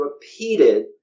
repeated